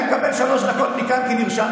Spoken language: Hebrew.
בינתיים אני מקבל שלוש דקות מכאן כי נרשמתי,